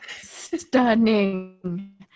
Stunning